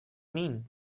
mean